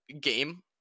game